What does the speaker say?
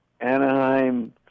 Anaheim